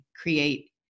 create